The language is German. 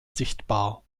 sichtbar